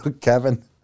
Kevin